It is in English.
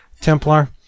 Templar